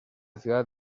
ciudad